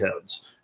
heads